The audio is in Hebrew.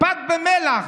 פת במלח,